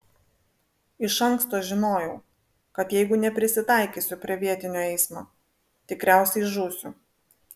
iš anksto žinojau kad jeigu neprisitaikysiu prie vietinio eismo tikriausiai žūsiu